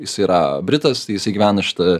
jis yra britas jisai gyvena šita